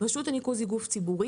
רשות הניקוז היא גוף ציבורי.